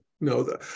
No